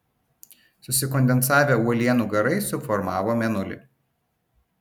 susikondensavę uolienų garai suformavo mėnulį